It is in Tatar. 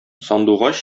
сандугач